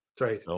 Right